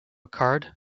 card